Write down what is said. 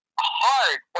hard